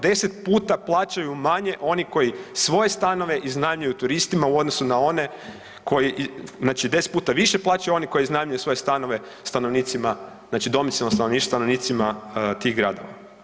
Deset puta plaćaju manje oni koji svoje stanove iznajmljuju turistima u odnosu na one koji znači deset puta više plaćaju oni koji iznajmljuju svoje stanove stanovnicima, znači domicilno stanovništvo stanovnicima tih gradova.